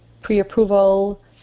pre-approval